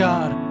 God